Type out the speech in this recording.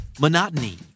Monotony